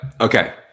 Okay